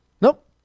Nope